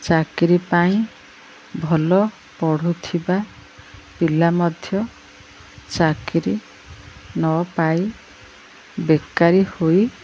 ଚାକିରୀ ପାଇଁ ଭଲ ପଢ଼ୁଥିବା ପିଲା ମଧ୍ୟ ଚାକିରି ନ ପାଇ ବେକାରୀ ହୋଇ